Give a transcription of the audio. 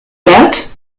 that